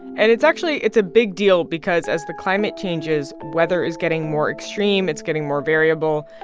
and it's actually it's a big deal because as the climate changes, weather is getting more extreme. it's getting more variable.